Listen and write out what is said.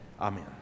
Amen